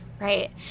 right